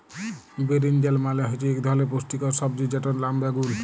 বিরিনজাল মালে হচ্যে ইক ধরলের পুষ্টিকর সবজি যেটর লাম বাগ্যুন